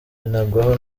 binagwaho